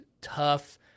tough